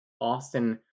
Austin